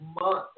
month